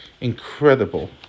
incredible